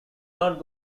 not